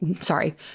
sorry